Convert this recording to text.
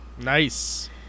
Nice